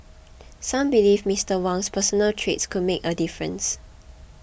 some believe Mister Wang's personal traits could make a difference